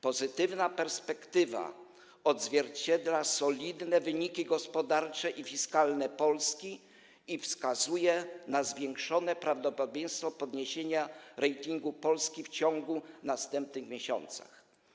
Pozytywna perspektywa odzwierciedla solidne wyniki gospodarcze i fiskalne Polski i wskazuje na zwiększone prawdopodobieństwo podniesienia ratingu Polski w następnych miesiącach.